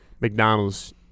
McDonald's